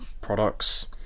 products